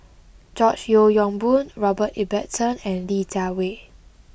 George Yeo Yong Boon Robert Ibbetson and Li Jiawei